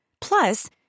Plus